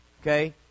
Okay